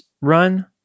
run